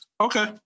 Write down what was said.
Okay